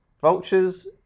Vultures